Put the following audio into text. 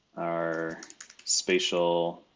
our spatial